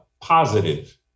positive